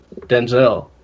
Denzel